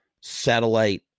satellite